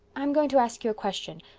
i'm going to ask you a question.